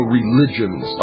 religions